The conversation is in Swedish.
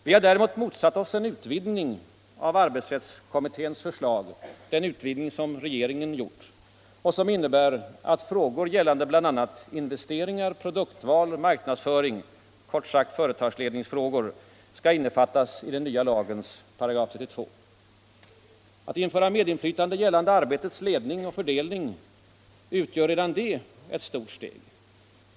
Vi har däremot motsatt oss den utvidgning av arbetsrättskommitténs förslag som regeringen gjort och som innebär att frågor gällande investeringar, produktval och marknadsföring — kort sagt företagsledningsfrågor — skall innefattas i den nya lagens 32 3. Att införa medinflytande gällande arbetets ledning och fördelning utgör redan det ett stort steg.